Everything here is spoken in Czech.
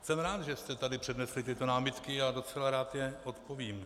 Jsem rád, že jste tady přednesli tyto námitky, a docela rád na ně odpovím.